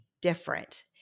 different